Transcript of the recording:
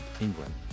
England